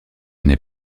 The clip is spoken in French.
n’est